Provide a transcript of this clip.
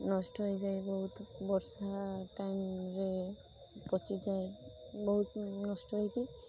ନଷ୍ଟ ହେଇଯାଏ ବହୁତ ବର୍ଷା ଟାଇମରେ ପଚିଯାଏ ବହୁତ ନଷ୍ଟ ହେଇଯାଏ